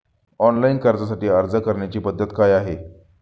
Online कर्जासाठी अर्ज करण्याची पद्धत काय आहे?